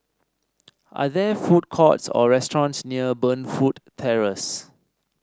are there food courts or restaurants near Burnfoot Terrace